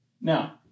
Now